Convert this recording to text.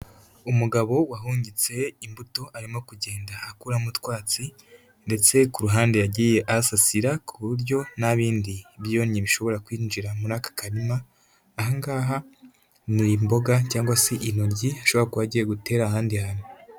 Umugabo wahungitse imbuto arimo kugenda akuramo utwatsi, ndetse ku ruhande yagiye ahasasira ku buryo nta bindi byonnyi bishobora kwinjira muri aka karima, aha ngaha ni imboga cyangwa se intoryi ashobora kuba agiye gutera ahandi hantu.